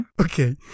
Okay